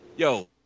Yo